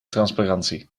transparantie